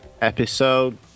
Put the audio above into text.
Episode